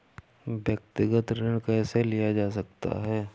व्यक्तिगत ऋण कैसे लिया जा सकता है?